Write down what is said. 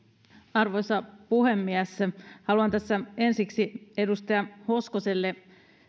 arvoisa puhemies haluan tässä ensiksi edustaja hoskoselle